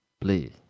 play